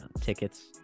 Tickets